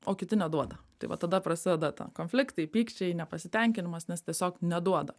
o kiti neduoda tai va tada prasideda ten konfliktai pykčiai nepasitenkinimas nes tiesiog neduoda